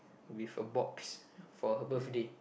with a box for her birthday